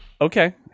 Okay